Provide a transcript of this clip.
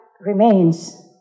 remains